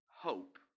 hope